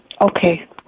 Okay